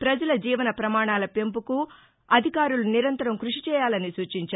ప్రజల జీవన ప్రమాణాల పెంపునకు అధికారులు నిరంతరం కృషి చేయాలని సూచించారు